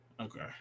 Okay